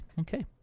Okay